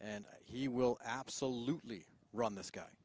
and he will absolutely run this